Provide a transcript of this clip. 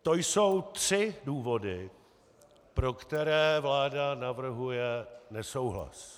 To jsou tři důvody, pro které vláda navrhuje nesouhlas.